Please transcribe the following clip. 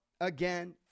again